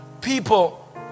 people